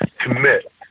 commit